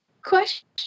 question